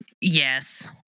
Yes